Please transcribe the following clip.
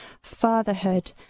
fatherhood